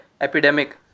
epidemic